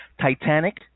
Titanic